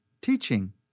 Teaching